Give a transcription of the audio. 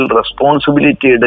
responsibility